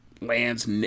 lands